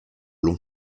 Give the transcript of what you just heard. long